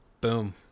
boom